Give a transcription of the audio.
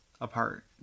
apart